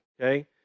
okay